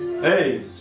hey